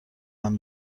آهن